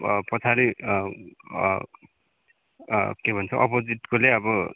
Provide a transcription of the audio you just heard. पछाडि के भन्छ अपोजिटकोले अब